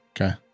Okay